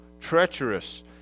treacherous